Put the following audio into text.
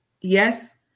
yes